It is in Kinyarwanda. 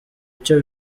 icyo